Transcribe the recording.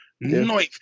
Ninth